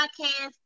podcast